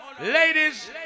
Ladies